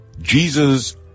Jesus